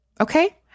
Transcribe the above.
Okay